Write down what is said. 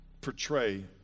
portray